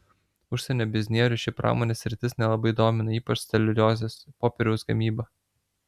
užsienio biznierių ši pramonės sritis nelabai domina ypač celiuliozės popieriaus gamyba